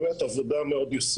באמת עשינו עבודה יסודית.